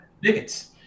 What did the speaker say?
bigots